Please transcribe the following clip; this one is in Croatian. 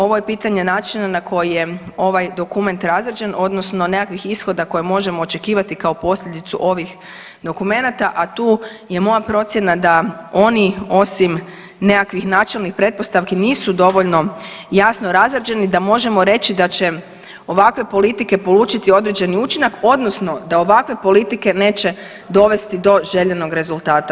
Ovo je pitanje načina na koji je ovaj dokument razrađen odnosno nekakvih ishoda koje možemo očekivati kao posljedicu ovih dokumenata, a tu je moja procjena da oni osim nekakvih načelnih pretpostavki nisu dovoljno jasno razrađeni da možemo reći da će ovakve politike polučiti određeni učinak odnosno da ovakve politike neće dovesti do željenog rezultata.